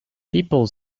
people